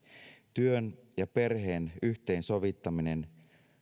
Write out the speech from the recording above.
työn ja perheen yhteensovittaminen